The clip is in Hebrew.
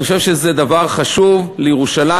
אני חושב שזה דבר חשוב לירושלים.